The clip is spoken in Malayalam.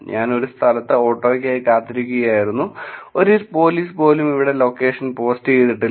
ഞാൻ ഒരു സ്ഥലത്ത് ഓട്ടോയ്ക്കായി കാത്തിരിക്കുകയായിരുന്നു ഒരു പോലീസ് പോലും ഇവിടെ ലൊക്കേഷൻ പോസ്റ്റ് ചെയ്തിട്ടില്ല